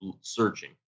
searching